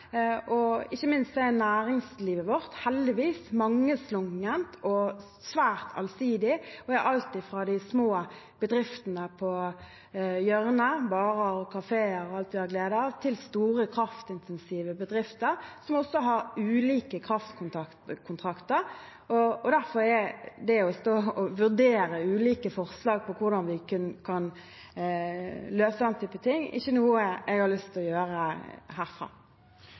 Ikke minst er næringslivet vårt heldigvis mangslungent og svært allsidig. Vi har alt fra de små bedriftene på hjørnet – barer og kafeer og alt vi har glede av – til store kraftintensive bedrifter, som også har ulike kraftkontrakter. Derfor er det å stå og vurdere ulike forslag på hvordan vi kan løse den typen ting, ikke noe jeg har lyst til å gjøre herfra.